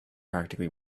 practically